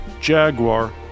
Jaguar